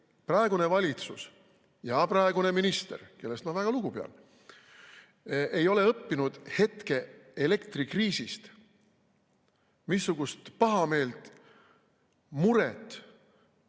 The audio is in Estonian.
praegune valitsus ja praegune minister, kellest ma väga lugu pean, ei ole õppinud hetke elektrikriisist, missugust pahameelt, muret